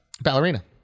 Ballerina